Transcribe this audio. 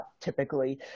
typically